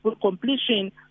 completion